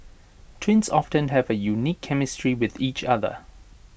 twins often have A unique chemistry with each other